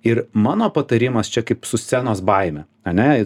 ir mano patarimas čia kaip su scenos baime ane